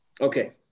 okay